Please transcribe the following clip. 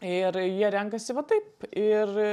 ir jie renkasi va taip ir